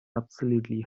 absolutely